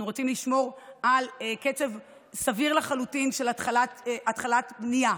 אנחנו רוצים לשמור על קצב סביר לחלוטין של התחלות בנייה,